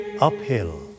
Uphill